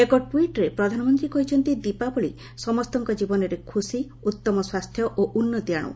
ଏକ ଟ୍ୱିଟ୍ରେ ପ୍ରଧାନମନ୍ତ୍ରୀ କହିଛନ୍ତି ଦୀପାବଳି ସମସ୍ତଙ୍କ ଜୀବନରେ ଖୁସି ଉତ୍ତମ ସ୍ୱାସ୍ଥ୍ୟ ଓ ଉନ୍ନତି ଆଣୁ